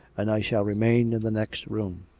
and i shall remain in the next room.